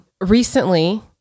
recently